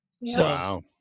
Wow